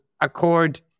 accord